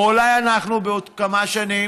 או אולי אנחנו בעוד כמה שנים